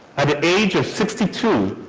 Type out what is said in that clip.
at the age of sixty two